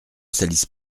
salisse